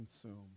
consume